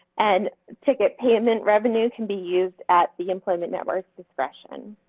and ticket payment revenue can be used at the employment network's discretion.